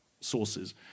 sources